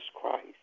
Christ